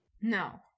no